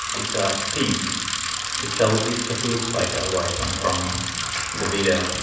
it's a pink which i'll it just looks like a white one from the video